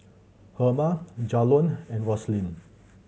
Herma Jalon and Roslyn